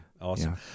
Awesome